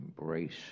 embrace